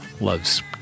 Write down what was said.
loves